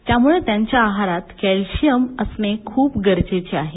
त्यामुळे त्यांच्या आहारात कॅल्शियम असणे खूप गरजेचे आहे